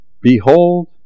Behold